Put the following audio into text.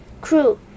Crew